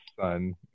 son